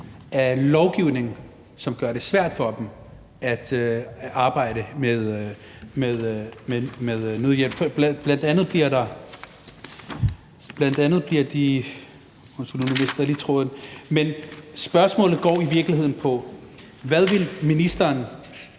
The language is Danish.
af lovgivning, som gør det svært for dem at arbejde med nødhjælp. Bl.a. bliver de ... undskyld, nu mistede jeg lige tråden, men spørgsmålet går i virkeligheden på: Hvad vil